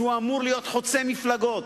שאמור להיות חוצה מפלגות.